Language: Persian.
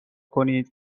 کنید